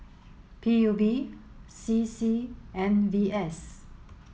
P U B C C and V S